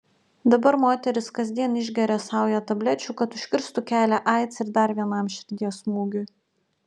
dabar moteris kasdien išgeria saują tablečių kad užkirstų kelią aids ir dar vienam širdies smūgiui